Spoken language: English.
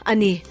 Ani